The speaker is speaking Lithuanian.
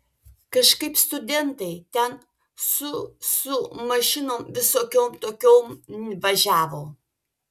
kažkaip studentai ten su su mašinom visokiom tokiom važiavo